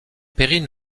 perrine